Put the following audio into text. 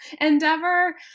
endeavor